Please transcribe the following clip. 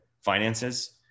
finances